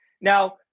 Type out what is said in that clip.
Now